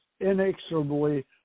inexorably